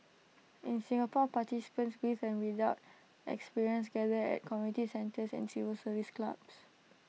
in Singapore participants with and without experience gathered at community centres and civil service clubs